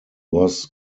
was